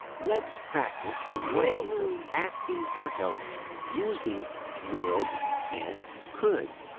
let's practice some ways of asking for help using would and could.